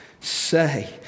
Say